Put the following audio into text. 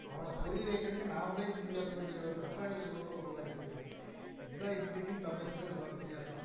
அவனை புரிய வைக்கறதுக்கு நாம்மளே இந்தி பேச வேண்டிய ஒரு கட்டாய சூழ்நிலை உருவாகிப் போயிடுது இதான் இந்திக்கும் தமிழுக்கும் உள்ள வித்தியாசம்